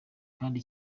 kandi